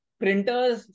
printers